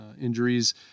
injuries